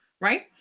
Right